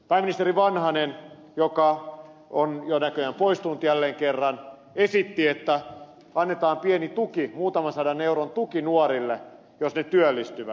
pääministeri vanhanen joka on jo näköjään poistunut jälleen kerran esitti että annetaan pieni tuki muutaman sadan euron tuki nuorille jos he työllistyvät